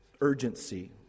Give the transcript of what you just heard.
urgency